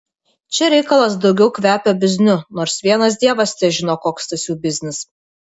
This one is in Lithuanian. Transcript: čia reikalas daugiau kvepia bizniu nors vienas dievas težino koks tas jų biznis